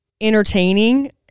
entertaining